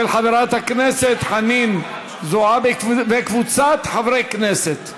של חברת הכנסת חנין זועבי וקבוצת חברי הכנסת.